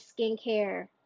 skincare